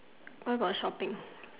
why got shopping